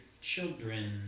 children